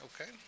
okay